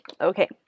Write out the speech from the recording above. Okay